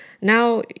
Now